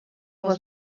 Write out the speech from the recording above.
was